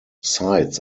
sites